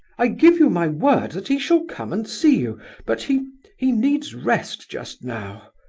i give you my word that he shall come and see you but he he needs rest just now.